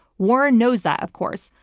warren knows that of course.